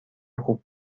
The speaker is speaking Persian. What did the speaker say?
خوب